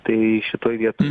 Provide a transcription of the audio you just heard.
tai šitoj vietoj